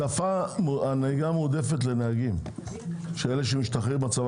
נהיגה מועדפים לנהגים שמשתחררים מהצבא,